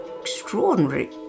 extraordinary